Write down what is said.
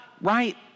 right